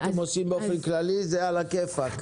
מה אתם עושים באופן כללי, זה על הכיפאק.